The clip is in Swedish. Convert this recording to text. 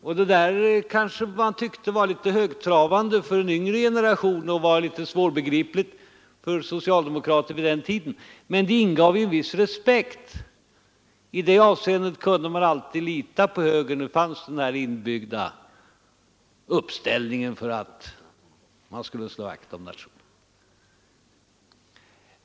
Kanske man tyckte att det där var litet högtravande för en yngre generation och svårbegripligt för socialdemokrater vid den tiden, men det ingav en viss respekt. I det avseendet kunde man alltid lita på högern. I dess agerande fanns inbyggt att slå vakt om nationen.